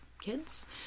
kids